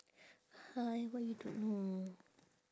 !huh! why you don't know